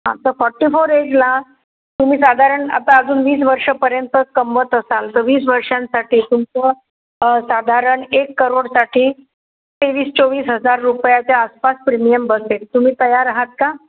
हां तर forty four एजला तुम्ही साधारण आता अजून वीस वर्षापर्यंत कमवत असाल तर वीस वर्षांसाठी तुमचं साधारण एक करोडसाठी तेवीस चोवीस हजार रुपयाच्या आसपास प्रिमियम बसेल तुम्ही तयार आहात का